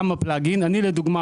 אני לדוגמה,